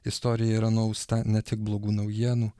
istorija yra nuausta ne tik blogų naujienų